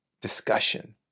discussion